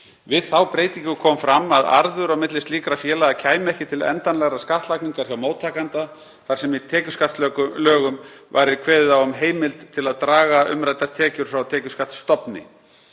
Við þá breytingu kom fram að arður á milli slíkra félaga kæmi ekki til endanlegrar skattlagningar hjá móttakanda þar sem í tekjuskattslögum væri kveðið á um heimild til að draga umræddar tekjur frá tekjuskattsstofni.